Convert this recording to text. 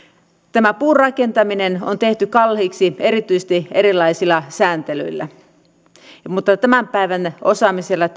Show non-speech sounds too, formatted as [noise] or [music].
puurakentaminen on tehty kalliiksi erityisesti erilaisilla sääntelyillä mutta tämän päivän osaamisella ja [unintelligible]